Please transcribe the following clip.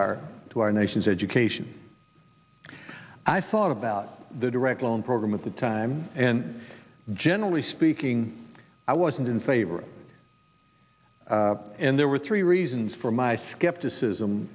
our to our nation's education i thought about the direct loan program at the time and generally speaking i wasn't in favor and there were three reasons for my skepticism